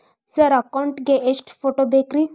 Sir account ಗೇ ಎಷ್ಟು photo ಬೇಕ್ರಿ?